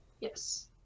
Yes